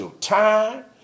time